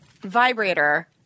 Vibrator